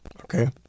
okay